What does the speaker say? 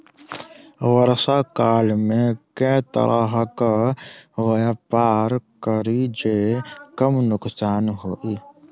वर्षा काल मे केँ तरहक व्यापार करि जे कम नुकसान होइ?